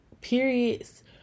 periods